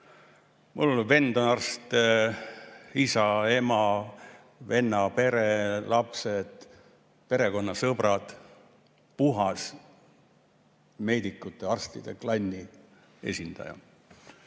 Mu vend on arst, isa, ema, venna pere, lapsed, perekonna sõbrad – puhas meedikute, arstide klanni esindaja.